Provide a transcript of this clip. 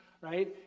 right